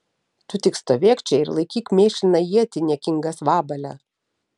tu tik stovėk čia ir laikyk mėšliną ietį niekingas vabale